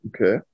Okay